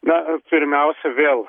na pirmiausia vėl